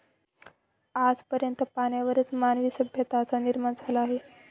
आज पर्यंत पाण्यावरच मानवी सभ्यतांचा निर्माण झाला आहे